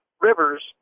rivers